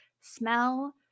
smell